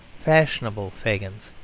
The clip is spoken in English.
fashionable fagins,